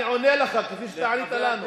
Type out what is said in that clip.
אני עונה לך כפי שאתה ענית לנו.